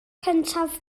cyntaf